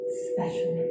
special